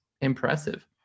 impressive